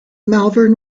malvern